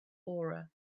aura